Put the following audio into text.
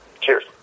cheers